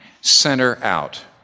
center-out